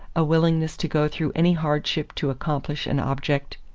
a willingness to go through any hardship to accomplish an object.